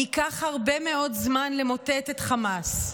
ייקח הרבה מאוד זמן למוטט את חמאס.